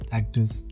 actors